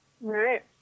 Right